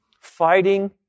fighting